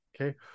Okay